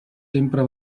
sempre